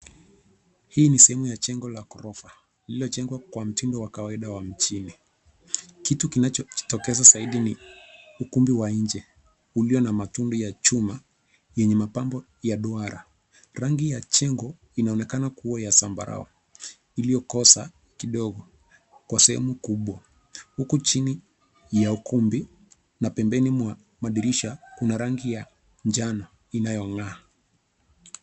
Hii ni sehemu ya jengo la ghorofa lililojengwa kwa mtindo wa kawaida wa mjini. Kitu kinachojitokeza zaidi ni ukumbi wa nje ulio na matumbi ya chuma yenye mapambo ya duara. Rangi ya jengo inaonekana kuwa ya zambarau iliyokoza kidogo kwa sehemu kubwa, huku chini ya ukumbi na pembeni mwa madirisha kuna rangi ya njano inayong'aa.